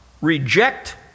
reject